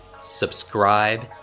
subscribe